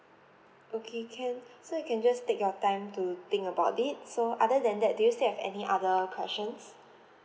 okay can so you can just take your time to think about it so other than that do you still have any other questions